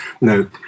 No